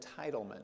Entitlement